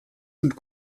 und